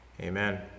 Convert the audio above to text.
Amen